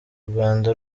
urwanda